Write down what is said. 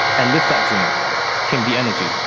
and with that dream came the energy,